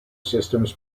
systems